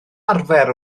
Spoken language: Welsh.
arfer